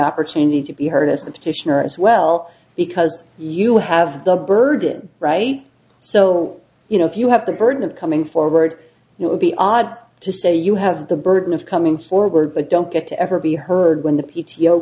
opportunity to be heard as the petitioner as well because you have the burden right so you know if you have the burden of coming forward it would be odd to say you have the burden of coming forward but don't get to ever be heard when the p